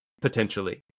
potentially